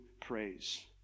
praise